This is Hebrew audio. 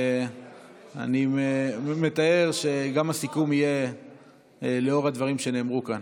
ואני מתאר שגם הסיכום יהיה לאור הדברים שנאמרו כאן.